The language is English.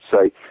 say